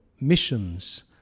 missions